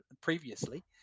previously